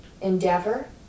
endeavor